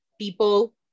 People